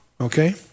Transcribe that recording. Okay